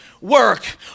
work